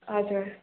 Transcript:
हजुर